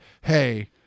hey